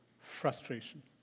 frustration